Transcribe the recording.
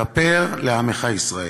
כפר לעמך ישראל".